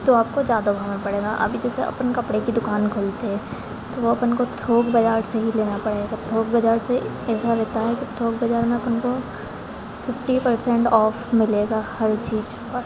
तो आपको ज़्यादा महंगा पड़ेगा अभी जैसे अपन कपड़े की दुकान खोलते हैं तो वो अपन को थोक बाजार से ही लेना पड़ेगा सब थोक बाजार से ऐसा रहता है कि थोक बाजार से अपन को फिफ्टी परसेंट ऑफ मिलेगा हर चीज पर